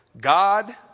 God